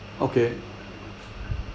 okay